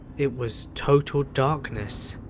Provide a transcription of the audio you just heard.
it was total darkness,